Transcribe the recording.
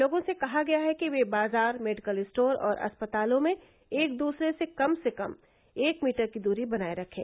लोगों से कहा गया है कि ये बाजार मेडिकल स्टोर और अस्पतालों में एक दूसरे से कम से कम एक मीटर की दूरी बनाये रखें